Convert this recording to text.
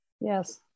Yes